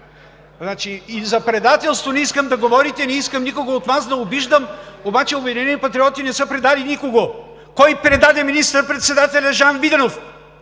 капитал. И за предателство не искам да говорите, не искам никого от Вас да обиждам, обаче „Обединени патриоти“ не са предали никого! Кой предаде министър-председателя Жан Виденов?